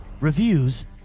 reviews